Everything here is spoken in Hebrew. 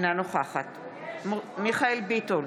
אינה נוכחת מיכאל מרדכי ביטון,